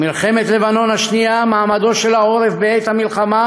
במלחמת לבנון השנייה מעמדו של העורף בעת המלחמה